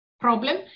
problem